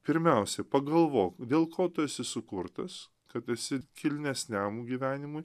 pirmiausia pagalvok dėl ko tu esi sukurtas kad esi kilnesniam gyvenimui